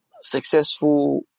successful